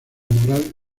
moral